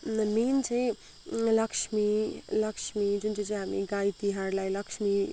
main चाहिँ लक्ष्मी लक्ष्मी जुन चाहिँ चाहिँ हामी गाई तिहारलाई लक्ष्मी